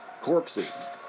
corpses